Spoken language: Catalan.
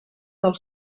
del